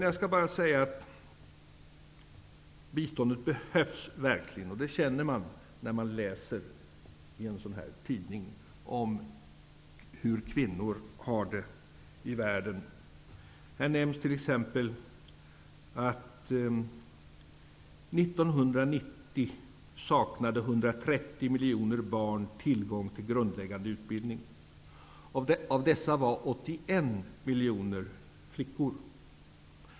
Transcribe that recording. Jag skall bara säga att biståndet verkligen behövs. Det känner man när man läser i en sådan här tidning om hur kvinnor har det i världen. Här nämns t.ex. att 130 miljoner barn saknade tillgång till grundläggande utbildning 1990. Av dessa var 81 miljoner flickor.